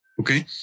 Okay